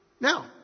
Now